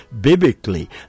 biblically